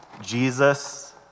Jesus